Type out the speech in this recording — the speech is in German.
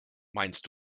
meinst